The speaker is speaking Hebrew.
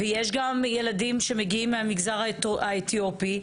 ויש גם ילדים שמגיעים מהמגזר האתיופי,